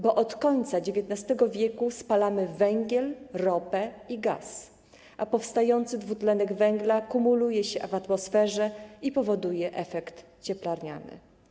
Bo od końca XIX w. spalamy węgiel, ropę i gaz, a powstający dwutlenek węgla kumuluje się w atmosferze i powoduje efekt cieplarniany.